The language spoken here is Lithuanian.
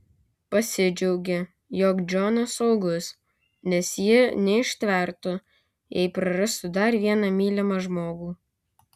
pasidžiaugė jog džonas saugus nes ji neištvertų jei prarastų dar vieną mylimą žmogų